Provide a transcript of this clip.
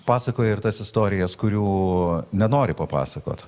pasakoja ir tas istorijas kurių nenori papasakot